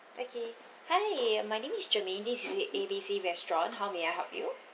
okay hi my name is germaine this is A B C restaurant how may I help you